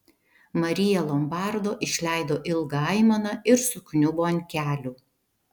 marija lombardo išleido ilgą aimaną ir sukniubo ant kelių